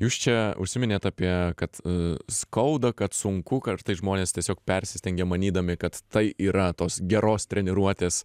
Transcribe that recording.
jūs čia užsiminėt apie kad skauda kad sunku kartais žmonės tiesiog persistengia manydami kad tai yra tos geros treniruotės